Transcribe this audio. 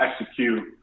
execute